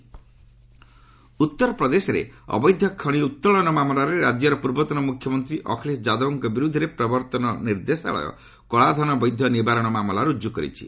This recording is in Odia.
ଇଡି ଉତ୍ତରପ୍ରଦେଶରେ ଅବୈଧ ଖଣି ଉତ୍ତୋଳନ ମାମଲାରେ ରାଜ୍ୟର ପୂର୍ବତନ ମୁଖ୍ୟମନ୍ତ୍ରୀ ଅଖିଳେଶ ଯାଦବଙ୍କ ବିରୁଦ୍ଧରେ ପ୍ରବର୍ତ୍ତନ ନିର୍ଦ୍ଦେଶାଳୟ କଳାଧନବୈଧ ନିବାରଣ ମାମଲା ରୁଜୁ କରିଛି